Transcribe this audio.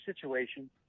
situation